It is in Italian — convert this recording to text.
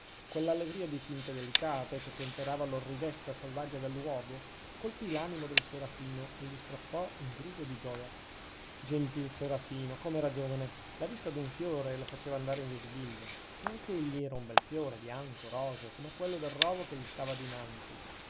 quell'allegria di tinte delicate che temperava l'orridezza selvaggia del luogo colpì l'animo del serafino e gli strappò un grido di gioia gentil serafino com'era giovane la vista d'un fiore lo faceva andare in visibilio e anch'egli era un bel fiore bianco roseo come quello del rovo che gli stava dinanzi